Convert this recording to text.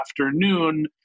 afternoon